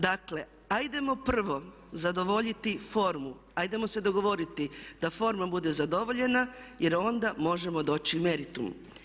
Dakle, ajdemo prvo zadovoljiti formu, ajdemo se dogovoriti da forma bude zadovoljena jer onda možemo doći k meritumu.